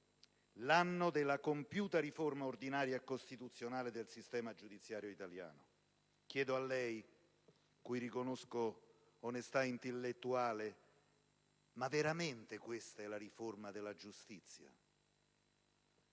l'anno della compiuta riforma ordinaria e costituzionale del sistema giudiziario italiano. Chiedo a lei, cui riconosco onestà intellettuale: è veramente questa la riforma della giustizia?